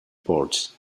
ports